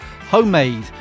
homemade